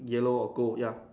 yellow or gold ya